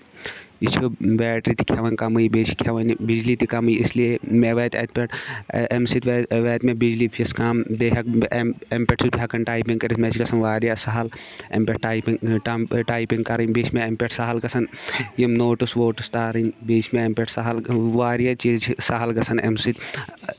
یہِ چھُ بیٹری تہِ کھٮ۪وان کَمٕے بیٚیہِ چھُ کھٮ۪وان یہِ بِجلی تہِ کَمٕے اس لیے مےٚ واتہِ اَتہِ پٮ۪ٹھ اَمہِ سۭتۍ واتہِ مےٚ بجلی فیٖس کَم بیٚیہِ ہٮ۪کہٕ بہٕ اَمہِ پٮ۪ٹھ چھُس بہٕ ہٮ۪کان ٹایپِنٛگ کٔرِتھ مےٚ چھِ گژھان واریاہ سَہل اَمہِ پٮ۪ٹھ ٹایٚپِنٛگ ٹام ٹایٚمنٛگ کَرٕنۍ بیٚیہِ چھِ مےٚ اَمہِ پٮ۪ٹھ سَہل گژھان یِم نوٹٕس ووٹٕس تَارٕنۍ بیٚیہِ چھُ مےٚ اَمہِ پٮ۪ٹھ سَہل واریاہ چیٖز چھِ سَہل گژھان اَمہِ سۭتۍ